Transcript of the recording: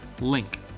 link